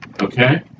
Okay